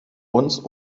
uns